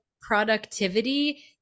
productivity